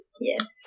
Yes